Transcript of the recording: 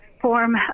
Form